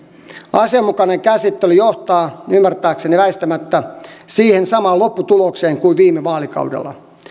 asianmukainen käsittely johtaa ymmärtääkseni väistämättä siihen samaan lopputulokseen kuin viime vaalikaudella